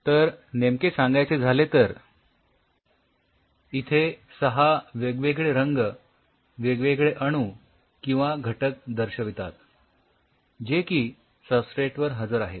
तर नेमके सांगायचे झाले तर इथे ६ वेगवेगळे रंग वेगवेगळे अणू किंवा घटक दर्शवितात जे की सबस्ट्रेटवर हजर आहेत